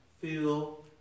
feel